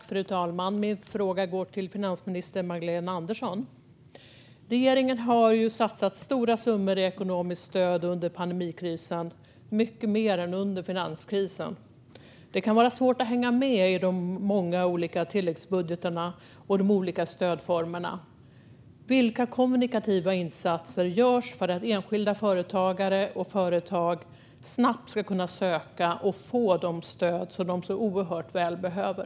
Fru talman! Min fråga går till finansminister Magdalena Andersson. Regeringen har satsat stora summor i ekonomiskt stöd under pandemikrisen, mycket mer än under finanskrisen. Det kan vara svårt att hänga med i de många olika tilläggsbudgeterna och de olika stödformerna. Vilka kommunikativa insatser görs för att enskilda företagare och företag snabbt ska kunna söka och få de stöd som de så oerhört väl behöver?